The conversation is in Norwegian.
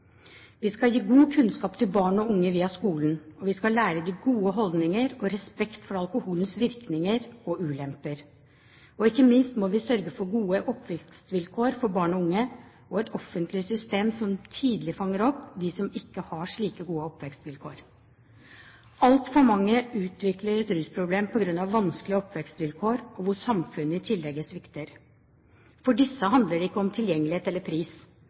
Vi skal gi god kunnskap til barn og unge via skolen, og vi skal lære dem gode holdninger og respekt for alkoholens virkninger og ulemper. Og ikke minst må vi sørge for gode oppvekstvilkår for barn og unge, og et offentlig system som tidlig fanger opp dem som ikke har gode oppvekstvilkår. Altfor mange utvikler et rusproblem på grunn av vanskelige oppvekstvilkår, og hvor samfunnet i tillegg svikter. For disse handler det ikke om tilgjengelighet eller pris.